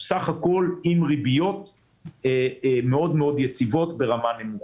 בסך הכול עם ריביות יציבות מאוד ברמה נמוכה.